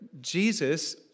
Jesus